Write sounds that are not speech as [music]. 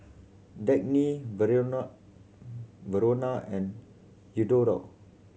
Dagny [unintelligible] Verona and Eduardo